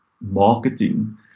marketing